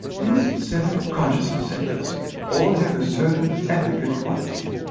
these seven consciousness centers all have a certain ethical quality.